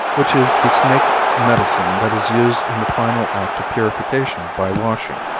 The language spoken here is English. which is the snake medicine that is used in the final act of purification by washing.